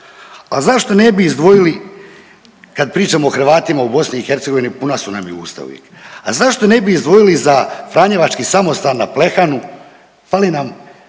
a zašto ne bi izdvojili kad pričamo o Hrvatima u BiH, puna su nam ih usta uvijek, a zašto ne bi izdvojili za Franjevački samostan na Plehanu, fali nam